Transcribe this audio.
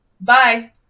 Bye